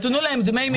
תנו להם דמי מחייה.